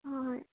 ꯍꯣꯏ ꯍꯣꯏ